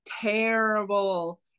terrible